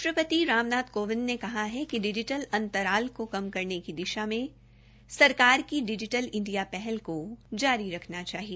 राष्ट्रपति राम नाथ कोविंद ने कहा है कि डिजिटल अंतराल को कम करने की दिश में सरकार की डिजिटल इंडिया पहल को जारी रखना चाहिए